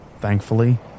Thankfully